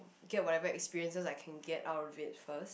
get whatever experiences I can get out of it first